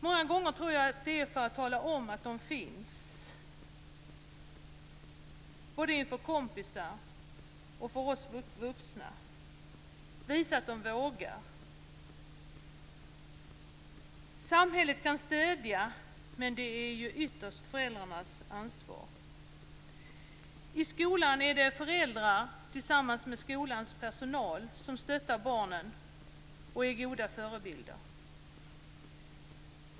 Många gånger tror jag att det är för att tala om att de finns, att både inför kompisar och för oss vuxna visa att de vågar. Samhället kan stödja, men det är ytterst föräldrarnas ansvar. I skolan är det föräldrar tillsammans med skolans personal som stöttar barnen och är goda förebilder.